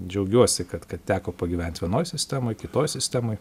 džiaugiuosi kad kad teko pagyvent vienoj sistemoj kitoj sistemoj